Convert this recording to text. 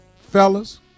fellas